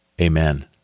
Amen